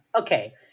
Okay